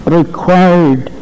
required